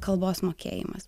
kalbos mokėjimas